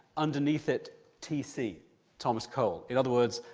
underneath it tc thomas cole. in other words,